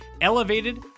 elevated